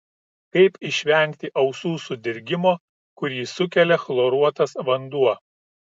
kaip išvengti ausų sudirgimo kurį sukelia chloruotas vanduo